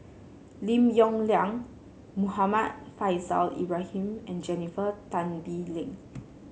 Lim Yong Liang Muhammad Faishal Ibrahim and Jennifer Tan Bee Leng